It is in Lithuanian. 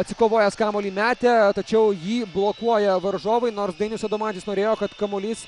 atsikovojęs kamuolį metė tačiau jį blokuoja varžovai nors dainius adomaitis norėjo kamuolys